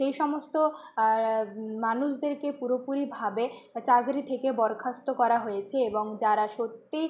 সেই সমস্ত মানুষদেরকে পুরোপুরিভাবে চাকরি থেকে বরখাস্ত করা হয়েছে এবং যারা সত্যি